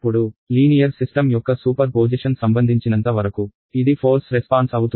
ఇప్పుడు linear system యొక్క superposition సంబంధించినంత వరకు ఇది ఫోర్స్ రెస్పాన్స్ అవుతుంది